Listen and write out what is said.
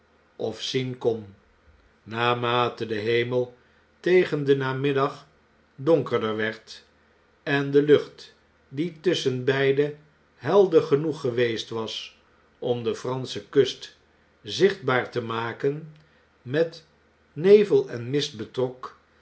of zien kon naarmate de hemel tegen den namiddag donkerder werd en de lucht die tusschenbeide helder genoeg geweest was om de eransche kust zichtbaar te maken met nevel en mist betrok